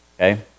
Okay